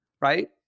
right